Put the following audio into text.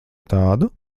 tādu